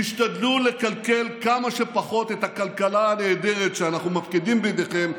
תשתדלו לקלקל כמה שפחות את הכלכלה הנהדרת שאנחנו מפקידים בידיכם,